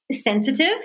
sensitive